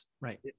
right